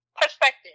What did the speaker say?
perspective